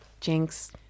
jinx